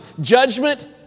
Judgment